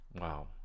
Wow